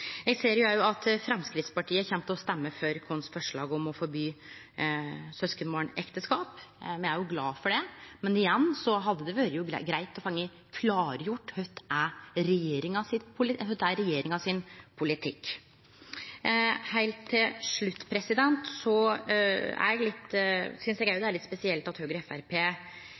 Eg ser òg at Framstegspartiet kjem til å stemme for vårt forslag om å forby syskenbarnekteskap. Me er glade for det, men igjen hadde det vore greitt å få klargjort kva som er regjeringa sin politikk. Eg synest det er litt spesielt at Høgre og